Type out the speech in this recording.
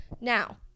now